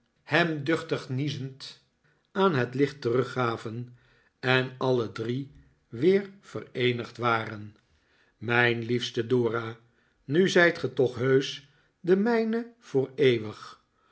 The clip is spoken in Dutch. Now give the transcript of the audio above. hem duchtig niezend aan het licht teruggaven en alle drie weer vereenigd waren mijn liefste dora nu zijt ge toch heusch de mijne voor eeuwig